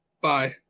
Bye